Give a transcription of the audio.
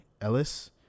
Ellis